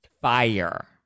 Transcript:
fire